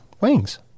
wings